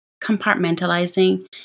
compartmentalizing